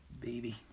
baby